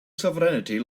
sovereignty